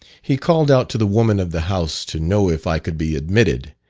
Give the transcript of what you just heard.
he called out to the woman of the house to know if i could be admitted,